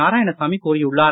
நாராயணசாமி கூறியுள்ளார்